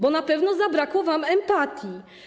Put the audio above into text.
Bo na pewno zabrakło wam empatii.